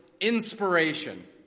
Inspiration